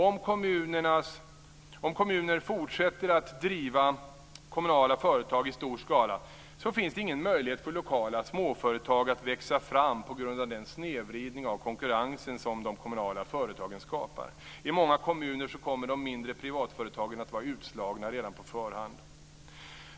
Om kommuner fortsätter att driva kommunala företag i stor skala finns det ingen möjlighet för lokala småföretag att växa fram på grund av den snedvridning av konkurrensen som de kommunala företagen skapar. I många kommuner kommer de mindre privatföretagen att vara utslagna redan på förhand.